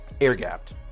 air-gapped